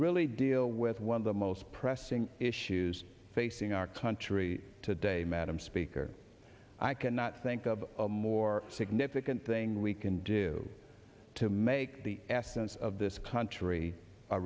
really deal with one of the most pressing issues facing our country today madam speaker i cannot think of a more significant thing we can do to make the essence of this country a